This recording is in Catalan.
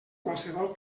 qualsevol